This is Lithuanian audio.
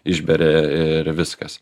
išberia ir viskas